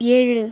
ஏழு